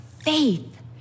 faith